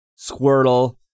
Squirtle